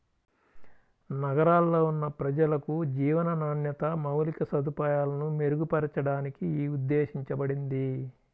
నగరాల్లో ఉన్న ప్రజలకు జీవన నాణ్యత, మౌలిక సదుపాయాలను మెరుగుపరచడానికి యీ ఉద్దేశించబడింది